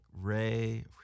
Ray